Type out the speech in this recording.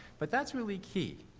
but that's really key.